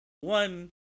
one